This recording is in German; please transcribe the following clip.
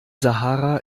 sahara